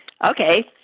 Okay